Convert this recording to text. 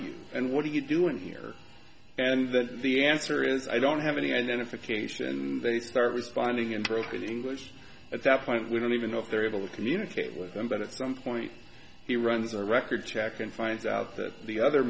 you and what are you doing here and the answer is i don't have any identification and they start responding in broken english at that point we don't even know if they're able to communicate with them but at some point he runs a record check and finds out that the other